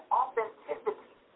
authenticity